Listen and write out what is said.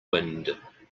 wind